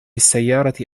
السيارة